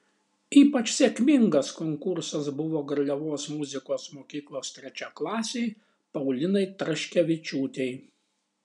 ypač sėkmingas konkursas buvo garliavos muzikos mokyklos trečiaklasei paulinai traškevičiūtei